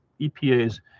EPA's